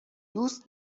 دوست